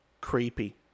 creepy